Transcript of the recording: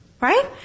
Right